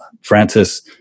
Francis